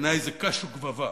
בעיני זה קש וגבבה,